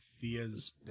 Thea's